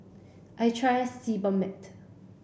I trust Sebamed